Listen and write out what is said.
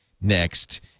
next